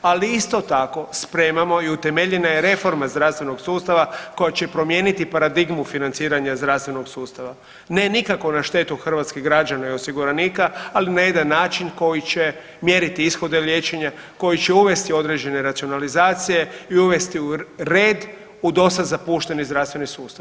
Ali isto tako spremamo i utemeljena je reforma zdravstvenog sustava koja će promijeniti paradigmu financiranja zdravstvenog sustava, ne nikako na štetu hrvatskih građana i osiguranika ali na jedan način koji će mjeriti ishode liječenja, koji će uvesti određene racionalizacije i uvesti u red u do sad zapušteni zdravstveni sustav.